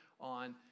on